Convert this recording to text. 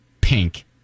pink